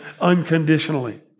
unconditionally